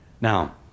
Now